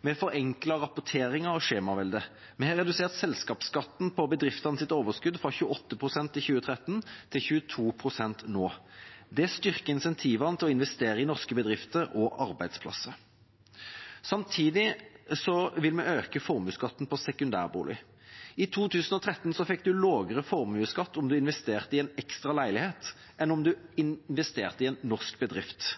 Vi har forenklet rapporteringer og skjemaveldet. Vi har redusert selskapsskatten på bedriftenes overskudd fra 28 pst. i 2013 til 22 pst. nå. Det styrker insentivene til å investere i norske bedrifter og arbeidsplasser. Samtidig vil vi øke formuesskatten på sekundærbolig. I 2013 fikk man lavere formuesskatt om man investerte i en ekstra leilighet enn om man investerte i en norsk bedrift.